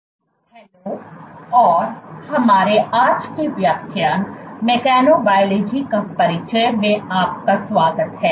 hello और हमारे आज के व्याख्यान मैकेनोबयलॉजी का परिचय में आपका स्वागत है